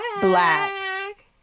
Black